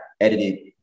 edited